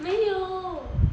没有